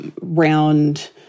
round